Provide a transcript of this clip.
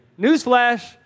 Newsflash